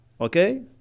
Okay